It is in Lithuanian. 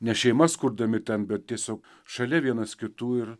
ne šeimas kurdami ten bet tiesiog šalia vienas kitų ir